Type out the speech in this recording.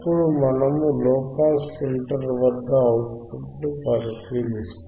అప్పుడు మనము low pass filter వద్ద అవుట్ పుట్ ని పరిశీలిస్తాము